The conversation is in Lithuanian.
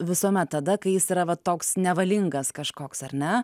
visuomet tada kai jis yra va toks nevalingas kažkoks ar ne